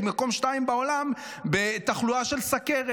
היא מקום שני בעולם בתחלואה של סוכרת.